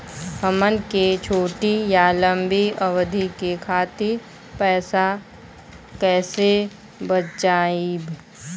हमन के छोटी या लंबी अवधि के खातिर पैसा कैसे बचाइब?